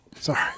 Sorry